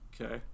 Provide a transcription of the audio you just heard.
okay